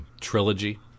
trilogy